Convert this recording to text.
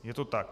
Je to tak.